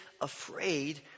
afraid